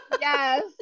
Yes